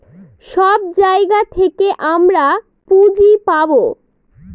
সব জায়গা থেকে আমরা পুঁজি পাবো